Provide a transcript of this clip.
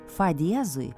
fa diezui